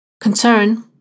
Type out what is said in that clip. concern